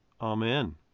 Amen